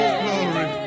glory